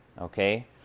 okay